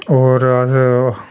होर अस